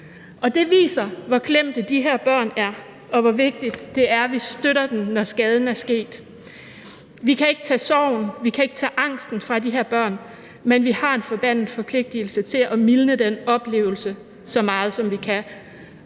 Det viser, hvor klemte de her børn er, og hvor vigtigt det er, at vi støtter dem, når skaden er sket. Vi kan ikke tage sorgen, vi kan ikke tage angsten fra de her børn, men vi har en forbandet forpligtelse til at mildne den oplevelse så meget, som vi kan.